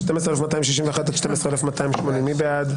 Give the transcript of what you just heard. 12,201 עד 12,220, מי בעד?